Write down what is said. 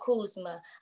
Kuzma